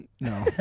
No